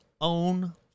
own